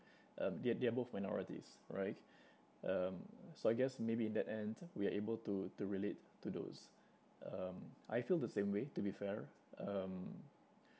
um they are they are both minorities right um so I guess maybe in that end we are able to to relate to those um I feel the same way to be fair um